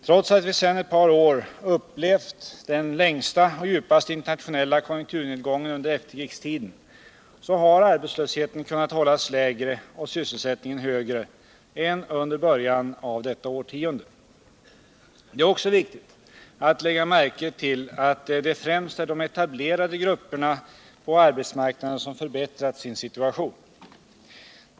Trots att vi sedan ett par år upplevt den längsta och djupaste internationella konjunkturnedgången under efterkrigstiden har arbetslösheten kunnat hållas lägre och sysselsättningen högre in under början av detta årtionde. Det är också viktigt att lägga märke till att det främst är de etablerade grupperna på arbetsmarknaden som förbättrat sin situation.